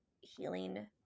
healing